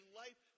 life